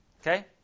okay